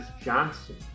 Johnson